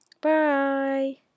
Bye